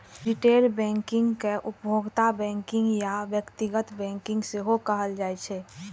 retail banking कें उपभोक्ता banking या व्यक्तिगत बैंकिंग सेहो कहल जाइ छै